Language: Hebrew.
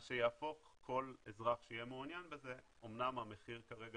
מה שיהפוך כל אזרח שיהיה מעוניין בזה אמנם המחיר כרגע